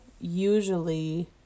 usually